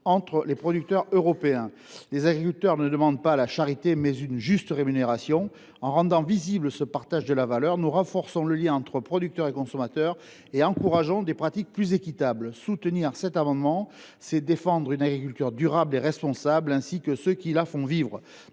entre producteurs européens. Les agriculteurs demandent non pas la charité, mais une juste rémunération. En rendant visible ce partage de la valeur, nous renforcerions le lien entre producteur et consommateur et encouragerions des pratiques plus équitables. Voter cet amendement, c’est défendre une agriculture durable et responsable, ainsi que ceux qui la font vivre.